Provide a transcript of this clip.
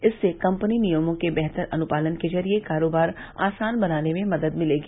इससे कंपनी नियमों के बेहतर अनुपालन के जरिए कारोबार आसान बनाने में मदद मिलेगी